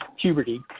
puberty